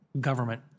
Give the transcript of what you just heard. government